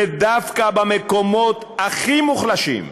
ודווקא במקומות הכי מוחלשים,